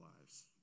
lives